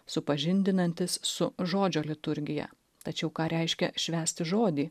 supažindinantis su žodžio liturgija tačiau ką reiškia švęsti žodį